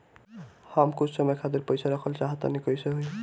हम कुछ समय खातिर पईसा रखल चाह तानि कइसे होई?